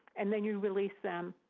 and then you release them.